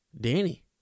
Danny